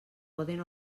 poden